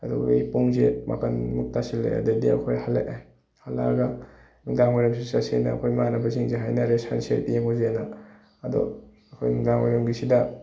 ꯑꯗꯨꯗꯩ ꯄꯨꯡꯁꯦ ꯃꯥꯄꯜꯃꯨꯛ ꯇꯥꯁꯤꯜꯂꯛꯑꯦ ꯑꯗꯩꯗꯤ ꯑꯩꯈꯣꯏ ꯍꯜꯂꯛꯑꯦ ꯍꯜꯂꯛꯑꯒ ꯅꯨꯡꯗꯥꯡꯋꯥꯏꯔꯝꯁꯨ ꯆꯠꯁꯦꯅ ꯑꯩꯈꯣꯏ ꯏꯃꯥꯟꯅꯕꯁꯤꯡꯁꯦ ꯍꯥꯏꯅꯔꯦ ꯁꯟꯁꯦꯠ ꯌꯦꯡꯉꯨꯁꯦꯅ ꯑꯗꯣ ꯑꯩꯈꯣꯏ ꯅꯨꯡꯗꯥꯡꯋꯥꯏꯔꯝꯒꯤꯁꯤꯗ